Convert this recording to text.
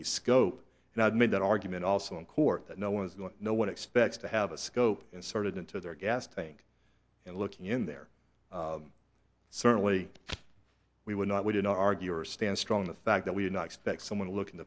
a scope and i've made that argument also in court that no one is going no one expects to have a scope inserted into their gas tank and looking in there certainly we would not we didn't argue or stand strong in the fact that we do not expect someone to look in